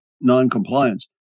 noncompliance